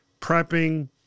prepping